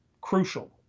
crucial